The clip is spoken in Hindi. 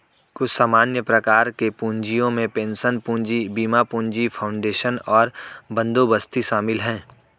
कुछ सामान्य प्रकार के पूँजियो में पेंशन पूंजी, बीमा पूंजी, फाउंडेशन और बंदोबस्ती शामिल हैं